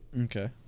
Okay